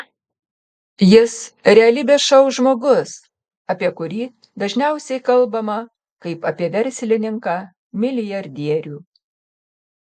jis realybės šou žmogus apie kurį dažniausiai kalbama kaip apie verslininką milijardierių